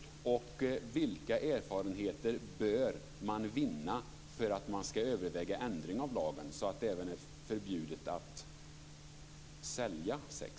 Jag undrar också vilka erfarenheter som bör vinnas för att man ska överväga en ändring av lagen så att det även blir förbjudet att sälja sex.